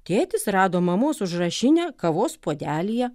tėtis rado mamos užrašinę kavos puodelyje